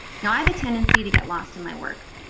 now, i have a tendency to get lost in my work.